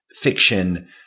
fiction